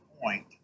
point